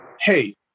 hey